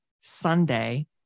Sunday